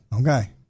Okay